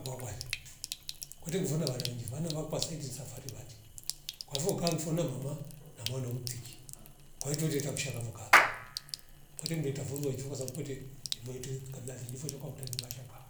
Waukwale kwete kuvana rawere njifana vampa saidi nisafari vati kwa vo kamfuna mwama na mwana utiki kwautwe reta kushakavo kataba kwete mleta folowaijuka kwasabu kwete nimwete tukabila vingi vo shoka utagi mvashaka fo